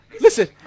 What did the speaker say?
Listen